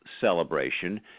celebration